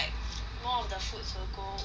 more of the foods will go over